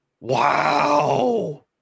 Wow